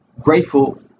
grateful